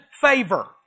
favor